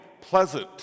pleasant